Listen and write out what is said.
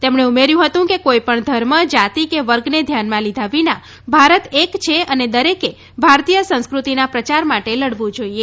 તેમણે ઉમેર્યું હતું કે કોઇપમ ધર્મ જાતિ કે વર્ગને ધ્યાનમાં લીધા વિના ભારત એક છે અને દરેકે ભારતીય સંસ્કૃતિના પ્રચાર માટે લડવું જોઇએ